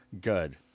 good